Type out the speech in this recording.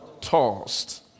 tossed